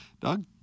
Doug